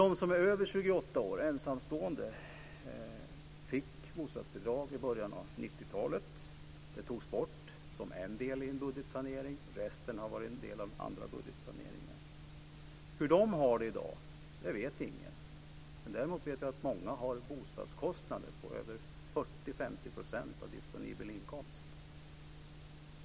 De som är över 28 år och ensamstående fick bostadsbidrag i början av 90-talet. Det togs bort som en del i en budgetsanering - resten har varit del av andra budgetsaneringar. Hur de har det i dag vet ingen. Däremot vet jag att många har bostadskostnader på över 40-50 % av disponibel inkomst.